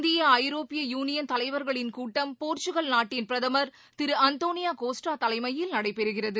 India ஐரோப்பிய union தலைவர்களின் கூட்டம் போர்ச்ககல் நாட்டின் பிரதமர் திரு அந்தோனியா கோஸ்டா தலைமையில் நடைபெறுகிறது